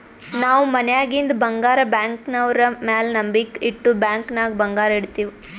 ನಾವ್ ಮನ್ಯಾಗಿಂದ್ ಬಂಗಾರ ಬ್ಯಾಂಕ್ನವ್ರ ಮ್ಯಾಲ ನಂಬಿಕ್ ಇಟ್ಟು ಬ್ಯಾಂಕ್ ನಾಗ್ ಬಂಗಾರ್ ಇಡ್ತಿವ್